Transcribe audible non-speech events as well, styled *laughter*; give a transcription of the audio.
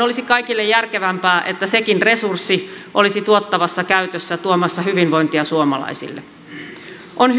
*unintelligible* olisi kaikille järkevämpää että sekin resurssi olisi tuottavassa käytössä tuomassa hyvinvointia suomalaisille on *unintelligible*